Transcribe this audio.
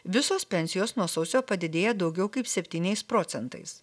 visos pensijos nuo sausio padidėja daugiau kaip septyniais procentais